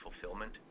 fulfillment